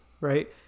right